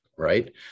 Right